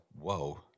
whoa